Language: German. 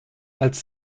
als